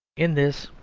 in this,